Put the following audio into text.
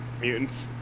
mutants